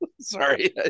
Sorry